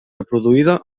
reproduïda